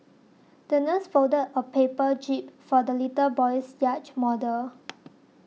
the nurse folded a paper jib for the little boy's yacht model